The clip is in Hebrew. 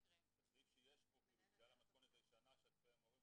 הסעיף שיש פה זה בגלל המתכונת הישנה עם ההורים.